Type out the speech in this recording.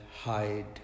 hide